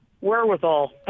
Wherewithal